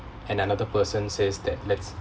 and another person says that let's